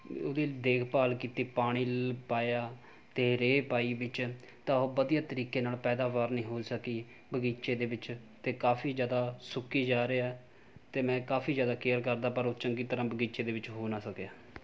ਉਹਦੀ ਦੇਖਭਾਲ ਕੀਤੀ ਪਾਣੀ ਲ ਪਾਇਆ ਅਤੇ ਰੇਹ ਪਾਈ ਵਿੱਚ ਤਾਂ ਉਹ ਵਧੀਆ ਤਰੀਕੇ ਨਾਲ ਪੈਦਾਵਾਰ ਨਹੀਂ ਹੋ ਸਕੀ ਬਗੀਚੇ ਦੇ ਵਿੱਚ ਅਤੇ ਕਾਫੀ ਜ਼ਿਆਦਾ ਸੁੱਕੀ ਜਾ ਰਿਹਾ ਅਤੇ ਮੈਂ ਕਾਫੀ ਜ਼ਿਆਦਾ ਕੇਅਰ ਕਰਦਾ ਪਰ ਉਹ ਚੰਗੀ ਤਰ੍ਹਾਂ ਬਗੀਚੇ ਦੇ ਵਿੱਚ ਹੋ ਨਾ ਸਕਿਆ